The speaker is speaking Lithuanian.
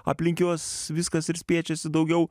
aplink juos viskas ir spiečiasi daugiau